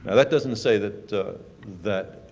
and that doesn't say that, that,